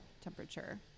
temperature